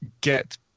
get